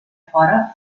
fora